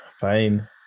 Fine